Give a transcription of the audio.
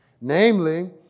Namely